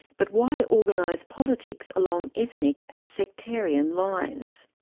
but why organise politics along ethnic and sectarian lines?